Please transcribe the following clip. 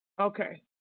Okay